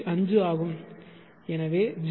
5 ஆகும் எனவே 0